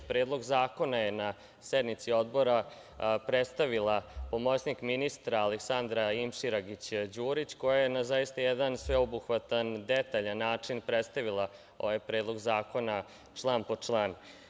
Predlog zakona je na sednici Odbora predstavila pomoćnik ministra Aleksandra Imširagić Đurić, koja je na zaista jedan sveobuhvatan i detaljan način predstavila ovaj Predlog zakona član po član.